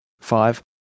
Five